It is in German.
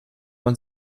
man